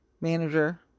manager